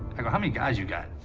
i go, how many guys you got?